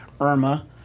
Irma